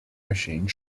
machine